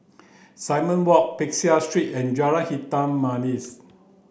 Simon Walk Peck Seah Street and Jalan Hitam Manis